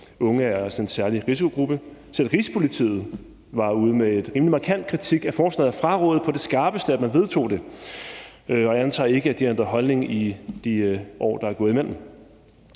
unge også er en særlig risikogruppe. Selv Rigspolitiet var ude med en rimelig markant kritik af forslaget og frarådede på det skarpeste, at man vedtog det. Jeg antager ikke, at de har ændret holdning i de år, der er gået.